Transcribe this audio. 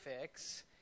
fix